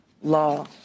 law